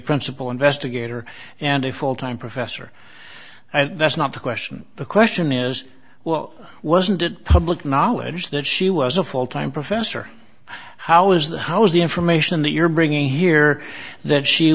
principal investigator and a full time professor that's not the question the question is well wasn't it public knowledge that she was a full time professor how is the how's the information that you're bringing here that she